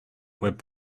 web